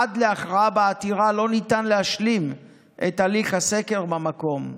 עד להכרעה בעתירה לא ניתן להשלים את הליך הסקר במקום.